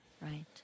Right